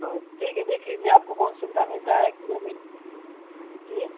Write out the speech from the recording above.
हाँ ठीक है देख लीजिए आपको कौन सुविधा मिलता है किलोमी जी